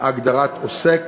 הגדרת עוסק